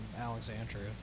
Alexandria